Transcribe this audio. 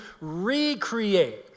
recreate